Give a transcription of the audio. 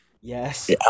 yes